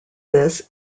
this